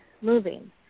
moving